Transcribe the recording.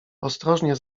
ostrożnie